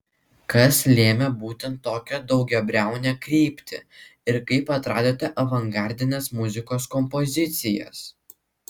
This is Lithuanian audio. kas lėmė būtent tokią daugiabriaunę kryptį ir kaip atradote avangardinės muzikos kompozicijas